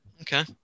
Okay